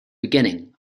beginning